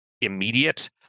immediate